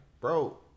bro